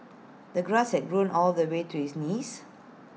the grass had grown all the way to his knees